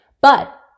But-